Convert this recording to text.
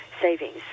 savings